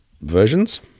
versions